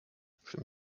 from